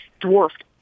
dwarfed